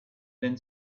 then